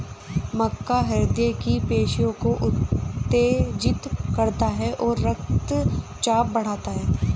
मक्का हृदय की पेशियों को उत्तेजित करता है रक्तचाप बढ़ाता है